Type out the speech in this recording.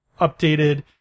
updated